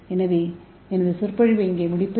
எனவே எனது சொற்பொழிவை இங்கே முடிப்பேன்